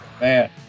man